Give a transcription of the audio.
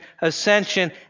ascension